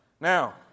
Now